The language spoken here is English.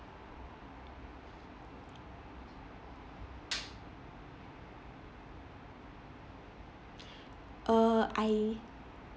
uh I